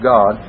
God